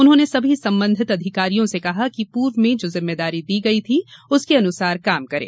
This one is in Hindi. उन्होंने सभी संबंधित अधिकारियों से कहा कि पूर्व में जो जिम्मेदारी दी गई थी उसके अनुसार काम करें